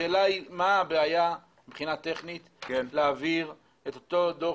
השאלה היא מה הבעיה מבחינה טכנית להעביר את אותו דוח